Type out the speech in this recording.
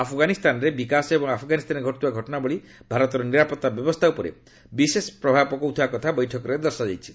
ଆଫଗାନିସ୍ତାନରେ ବିକାଶ ଏବଂ ଆଫ୍ଗାନିସ୍ତାନରେ ଘଟୁଥିବା ଘଟଣାବଳୀ ଭାରତର ନିରାପତ୍ତା ବ୍ୟବସ୍ଥା ଉପରେ ବିଶେଷ ପ୍ରଭାବ ପକାଉଥିବା କଥା ବୈଠକରେ ଦର୍ଶାଯାଇଛି